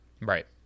Right